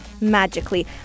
magically